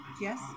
yes